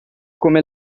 come